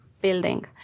building